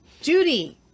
Judy